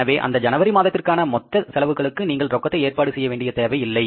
எனவே அந்த ஜனவரி மாதத்திற்கான மொத்த செலவுகளுக்கு நீங்கள் ரொக்கத்தை ஏற்பாடு செய்ய வேண்டிய தேவை இல்லை